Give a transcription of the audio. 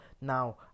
Now